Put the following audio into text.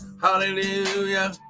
hallelujah